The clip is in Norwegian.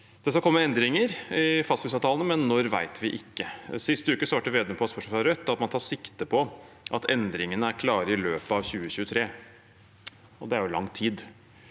Det skal komme endringer i fastprisavtalene, men når vet vi ikke. Sist uke svarte Vedum, på spørsmål fra Rødt, at man tar sikte på at endringene er klare i løpet av 2023, og det er jo lang tid.